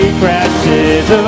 crashes